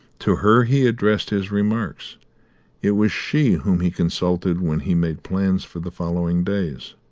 to her he addressed his remarks it was she whom he consulted when he made plans for the following days.